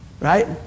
right